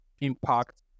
impact